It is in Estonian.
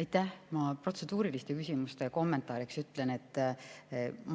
Aitäh! Ma protseduuriliste küsimuste kommentaariks ütlen, et